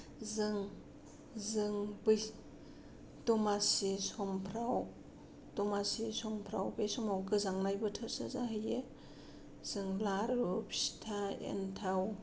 जों जों बै दमासि समफ्राव दमासि समफ्राव बे समाव गोजांनाय बोथोरसो जाहैयो जों लारु फिथा एन्थाव